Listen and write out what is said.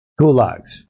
gulags